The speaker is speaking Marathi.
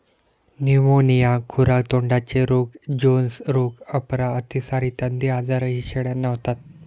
न्यूमोनिया, खुरा तोंडाचे रोग, जोन्स रोग, अपरा, अतिसार इत्यादी आजारही शेळ्यांना होतात